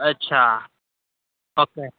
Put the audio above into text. અચ્છા ઓકે